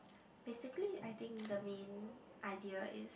basically I think the main idea is